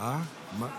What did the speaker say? אדוני